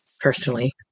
personally